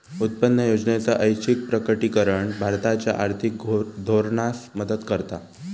उत्पन्न योजनेचा ऐच्छिक प्रकटीकरण भारताच्या आर्थिक धोरणास मदत करता